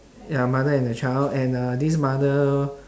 ya mother and a child and uh this mother